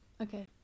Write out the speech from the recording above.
Okay